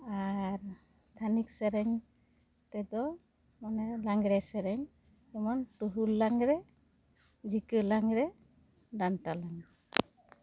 ᱟᱨ ᱛᱷᱟᱹᱱᱤᱠ ᱥᱮᱨᱮᱧ ᱛᱮᱫᱚ ᱚᱱᱮ ᱞᱟᱝᱜᱽᱬᱮᱸ ᱥᱮᱨᱮᱧ ᱴᱩᱦᱩᱞ ᱞᱟᱝᱜᱽᱬᱮ ᱡᱷᱤᱠᱟᱹ ᱞᱟᱝᱜᱽᱬᱮᱸ ᱰᱟᱱᱴᱟ ᱞᱟᱝᱜᱽᱬᱮᱸ